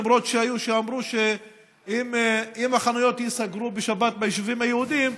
למרות שהיו שאמרו שאם החנויות ייסגרו בשבת ביישובים היהודיים,